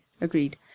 Agreed